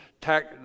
tax